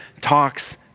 talks